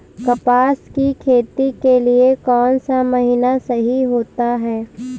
कपास की खेती के लिए कौन सा महीना सही होता है?